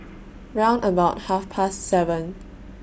round about Half Past seven